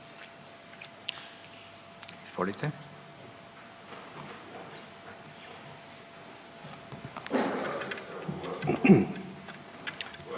Izvolite.